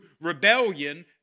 rebellion